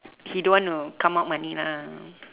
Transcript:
he don't want to come out money lah